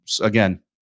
again